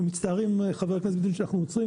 אנחנו מצטערים שאנחנו עוצרים.